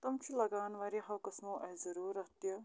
تِم چھِ لَگان واریاہو قٕسمو اَسہِ ضٔروٗرَت تہِ